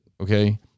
okay